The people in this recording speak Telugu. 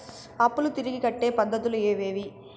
అప్పులు తిరిగి కట్టే పద్ధతులు ఏవేవి